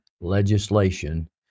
legislation